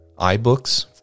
iBooks